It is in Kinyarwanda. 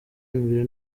imbere